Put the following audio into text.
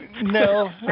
No